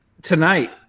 Tonight